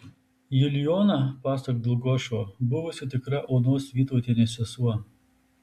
julijona pasak dlugošo buvusi tikra onos vytautienės sesuo